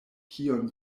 kion